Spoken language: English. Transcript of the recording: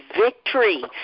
victory